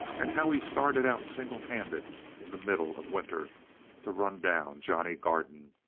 and how he started out single-handed in the middle of winter to run down johnny garden,